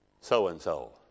so-and-so